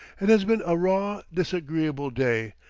it has been a raw, disagreeable day,